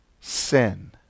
sin